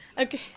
Okay